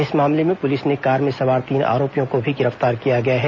इस मामले में पुलिस ने कार में सवार तीन आरोपियों को भी गिरफ्तार किया है